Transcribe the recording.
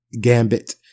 gambit